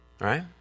right